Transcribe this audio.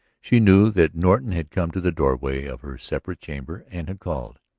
she knew that norton had come to the doorway of her separate chamber and had called.